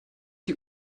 die